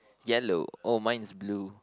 yellow oh mine is blue